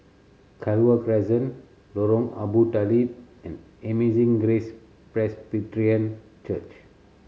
Clover Crescent Lorong Abu Talib and Amazing Grace Presbyterian Church